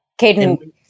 Caden